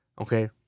Okay